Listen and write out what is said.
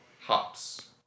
Hops